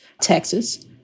Texas